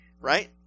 right